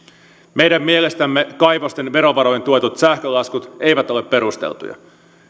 meidän mielestämme kaivosten verovaroin tuetut sähkölaskut eivät ole perusteltuja